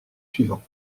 suivants